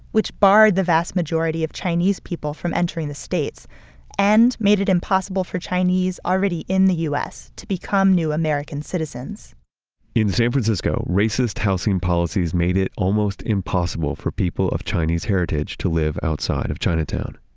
which barred the vast majority of chinese people from entering the states and made it impossible for chinese already in the u s. to become new american citizens in san francisco, racist housing policies made it almost impossible for people of chinese heritage to live outside of chinatown.